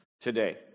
today